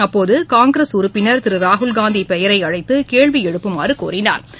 அப்போது காங்கிரஸ் உறுப்பினா் திரு ராகுல்காந்தி பெயரை அழைத்து கேள்வி எழுப்புமாறு கோரினாா்